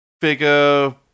figure